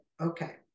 okay